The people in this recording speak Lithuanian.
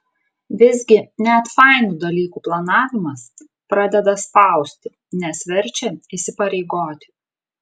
visgi net fainų dalykų planavimas pradeda spausti nes verčia įsipareigoti